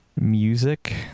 Music